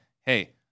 Hey